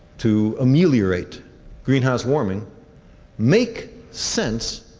to ameliorate greenhouse warming make sense